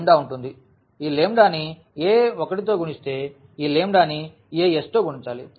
lambda ఉంటుంది ఈలాంబ్డా ని a1 తో గుణిస్తే ఈలాంబ్డా ని as తో గుణించాలి